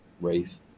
race